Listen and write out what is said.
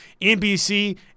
NBC